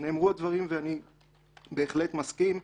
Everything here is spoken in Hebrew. נאמרו הדברים, ואני בהחלט מסכים.